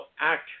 act